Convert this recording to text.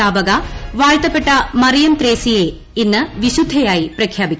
സ്ഥാപക വാഴ്ത്തപ്പെട്ട മറിയം ത്രേസൃയെ ഇന്ന് വിശുദ്ധയായി പ്രഖ്യാപിക്കും